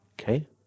Okay